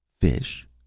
Fish